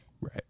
Right